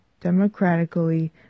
democratically